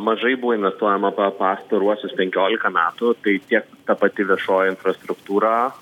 mažai buvo investuojama pa pastaruosius penkiolika metų tai tiek ta pati viešoji infrastruktūra